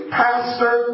pastor